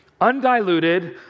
undiluted